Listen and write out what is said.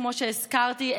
כמו שהזכרתי,